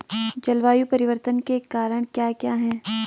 जलवायु परिवर्तन के कारण क्या क्या हैं?